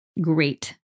great